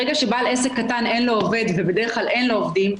ברגע שלבעל עסק קטן אין לו עובד ובדרך כלל אין לו עובדים,